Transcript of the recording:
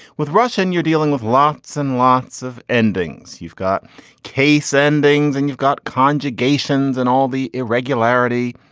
with russian, you're dealing with lots and lots of endings. you've got case endings and you've got conjugations and all the irregularity.